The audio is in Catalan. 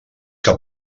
que